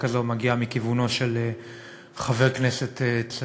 כזאת מגיעה מכיוונו של חבר כנסת צעיר.